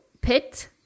Pit